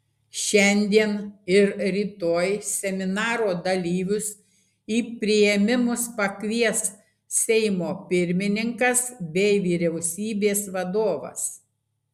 šiandien ir rytoj seminaro dalyvius į priėmimus pakvies seimo pirmininkas bei vyriausybės vadovas